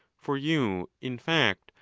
for you, in fact,